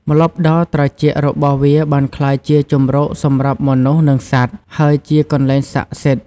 ម្លប់ដ៏ត្រជាក់របស់វាបានក្លាយជាជម្រកសម្រាប់មនុស្សនិងសត្វ ហើយជាកន្លែងស័ក្តិសិទ្ធិ។